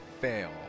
fail